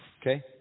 Okay